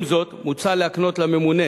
עם זאת, מוצע להקנות לממונה